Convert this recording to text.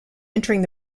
entering